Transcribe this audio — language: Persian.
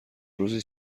روزی